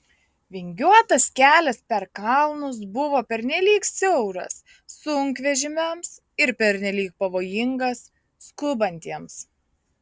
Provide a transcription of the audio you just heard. vingiuotas kelias per kalnus buvo pernelyg siauras sunkvežimiams ir pernelyg pavojingas skubantiems